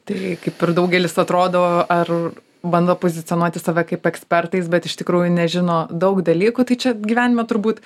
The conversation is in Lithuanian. tai kaip ir daugelis atrodo ar bando pozicionuoti save kaip ekspertais bet iš tikrųjų nežino daug dalykų tai čia gyvenime turbūt